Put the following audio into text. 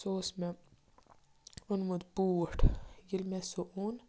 سُہ اوس مےٚ اوٚنمُت بوٗٹھ ییٚلہِ مےٚ سُہ اوٚن